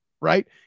right